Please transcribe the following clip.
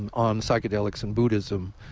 and on psychedelics and buddhism.